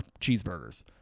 cheeseburgers